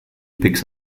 picks